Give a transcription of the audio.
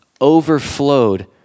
overflowed